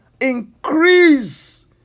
Increase